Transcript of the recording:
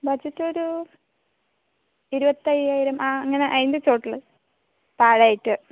budget ഒരു ഇരുപത്തയ്യായിരം ആ അങ്ങനെ അതിൻ്റെ ചോട്ടില് താഴെയായിട്ട്